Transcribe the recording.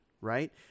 right